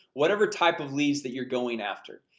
whatever type of leads that you're going after.